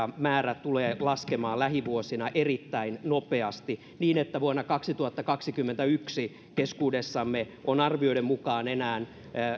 määrä tulee laskemaan lähivuosina erittäin nopeasti niin että vuonna kaksituhattakaksikymmentäyksi keskuudessamme on arvioiden mukaan enää